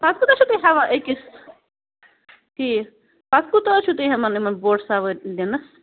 اَتھ کوٗتاہ چھُ تُہۍ ہٮ۪وان أکِس ٹھیٖک اَتھ کوٗتاہ حظ چھُ تُہۍ ہٮ۪وان یِمَن بوٹہٕ سوٲرۍ دِنَس